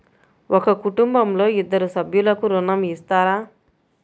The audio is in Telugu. ఒక కుటుంబంలో ఇద్దరు సభ్యులకు ఋణం ఇస్తారా?